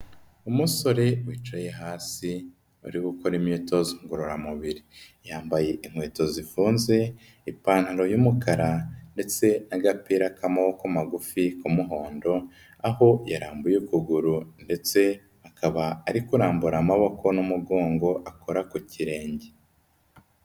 Umusore wicaye hasi, uri gukora imyitozo ngororamubiri. Yambaye inkweto zifunze, ipantaro y'umukara ndetse n'agapira k'amaboko magufi k'umuhondo, aho yarambuye ukuguru ndetse akaba ari kurambura amaboko n'umugongo, akora ku kirenge.